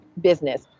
business